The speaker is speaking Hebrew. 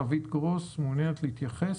ביקשה להתייחס.